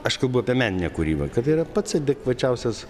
aš kalbu apie meninę kūrybą kad yra pats adekvačiausias